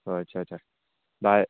ꯍꯣꯏ ꯑꯆꯥ ꯆꯥ ꯚꯥꯏ